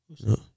No